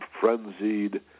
frenzied